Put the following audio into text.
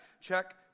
check